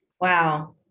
wow